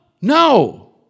No